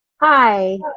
hi